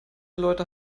leute